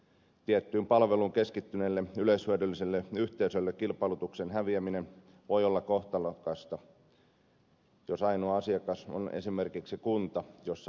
tiettyyn palveluun keskittyneelle yleishyödylliselle yhteisölle kilpailun häviäminen voi olla kohtalokasta jos ainoa asiakas on esimerkiksi kunta jossa palvelua tuotetaan